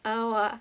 ஆமா:aamaa